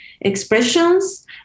expressions